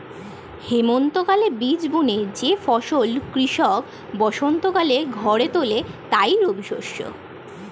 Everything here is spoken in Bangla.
হেমন্তকালে বীজ বুনে যে ফসল কৃষক বসন্তকালে ঘরে তোলে তাই রবিশস্য